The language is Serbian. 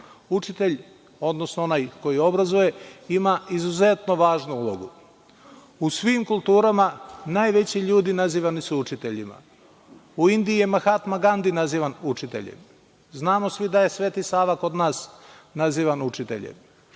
Učitelj, odnosno onaj koji obrazuje, ima izuzetno važnu ulogu. U svim kulturama najveći ljudi nazivani su učiteljima. U Indiji je Mahatma Gandi nazivan učiteljem. Znamo svi da je Sveti Sava kod nas nazivan učiteljem.